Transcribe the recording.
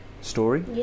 story